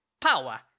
power